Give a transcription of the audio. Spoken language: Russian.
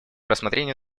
рассмотрение